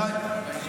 בדיוק.